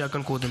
שהיה כאן קודם.